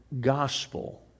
gospel